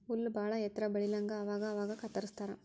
ಹುಲ್ಲ ಬಾಳ ಎತ್ತರ ಬೆಳಿಲಂಗ ಅವಾಗ ಅವಾಗ ಕತ್ತರಸ್ತಾರ